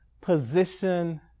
position